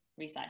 resize